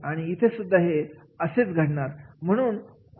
आणि इथे सुद्धा असंच घडणार आहे